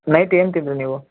night ಏನು ತಿಂದಿರಿ ನೀವು